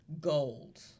gold